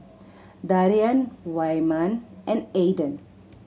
Darrian Wyman and Aydan